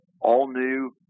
all-new